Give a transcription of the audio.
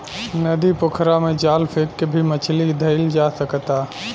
नदी, पोखरा में जाल फेक के भी मछली धइल जा सकता